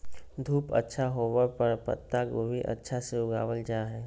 धूप अच्छा होवय पर पत्ता गोभी अच्छा से उगावल जा हय